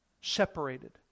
Separated